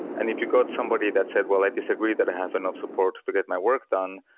and if you got somebody that said, well, i disagree that i have enough support to get my work done,